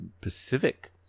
pacific